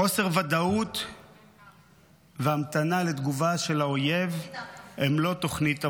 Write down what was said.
חוסר ודאות והמתנה לתגובה של האויב הם לא תוכנית עבודה.